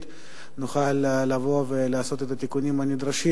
נוכל לבוא ולעשות את התיקונים הנדרשים